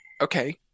okay